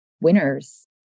winners